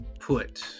put